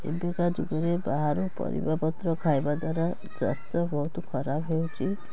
ଏବେକା ଯୁଗରେ ବାହାରୁ ପରିବା ପତ୍ର ଖାଇବା ଦ୍ଵାରା ସ୍ୱାସ୍ଥ୍ୟ ବହୁତ ଖରାପ ହେଉଛି